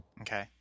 Okay